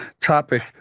topic